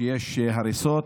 שיש הריסות.